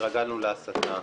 התרגלנו להסתה,